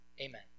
amen